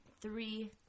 Three